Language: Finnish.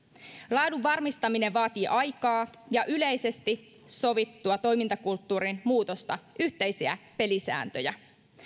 laadun varmistaminen vaatii aikaa ja yleisesti sovittua toimintakulttuurin muutosta yhteisiä pelisääntöjä